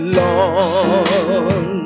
long